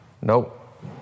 nope